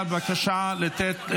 עשר דקות לרשותך.